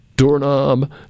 doorknob